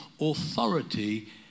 authority